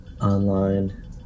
online